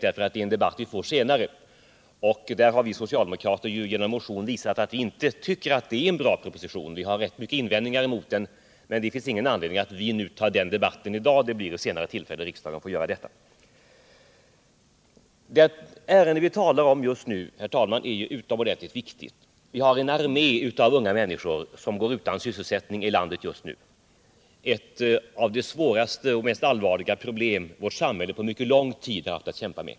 Det är en debatt som vi kommer att få senare, och vi socialdemokrater har i en motion visat att vi inte tycker att det är en bra proposition. Vi gör rätt många invändningar mot propositionen, men det finns ingen anledning att redan i dag ta den debatten, eftersom riksdagen senare får tillfälle att diskutera saken. Det ärende vi talar om just nu, herr talman, är utomordentligt viktigt. Vi har en armé av unga människor som går utan sysselsättning i landet. Det är ett av de svåraste och mest allvarliga problem som vårt samhälle på mycket lång tid haft att kämpa med.